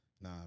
Nah